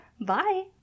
Bye